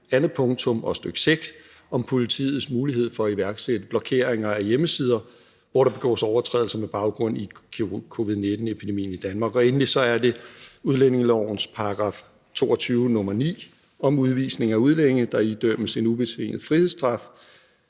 2. pkt., og stk. 6, om politiets mulighed for at iværksætte blokeringer af hjemmesider, hvor der begås overtrædelser med baggrund i covid-19-epidemien i Danmark; og endelig er det udlændingelovens § 22, nr. 9, om udvisning af udlændinge, der idømmes en ubetinget frihedsstraf